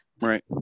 Right